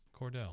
cordell